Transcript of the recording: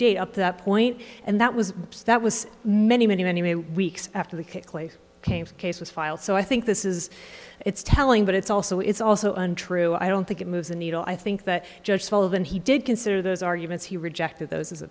date up that point and that was that was many many many weeks after the quickly came cases filed so i think this is it's telling but it's also it's also untrue i don't think it moves the needle i think that judge sullivan he did consider those arguments he rejected those as a